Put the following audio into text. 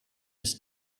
ist